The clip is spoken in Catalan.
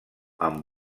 amb